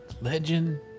Legend